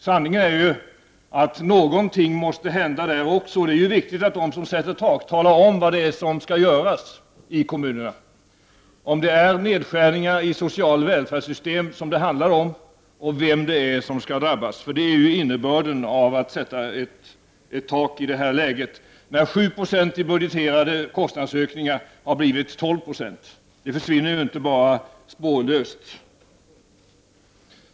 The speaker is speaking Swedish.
Sanningen är att någonting måste hända även där. Det är viktigt att de som sätter tak talar om, vad det är som skall göras i kommunerna. Handlar det om nedskärningar i det sociala välfärdssystemet? Vem skall drabbas? Det är innebörden av att man sätter ett tak i detta läge när 7 90 i budgeterade kostnadsökningar har blivit 12 70. Det försvinner inte bara spårlöst.